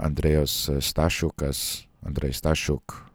andrejus stašiukas andrej stašiuk